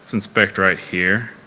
inspect right here.